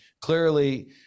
Clearly